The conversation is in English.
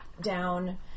down